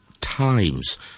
times